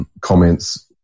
comments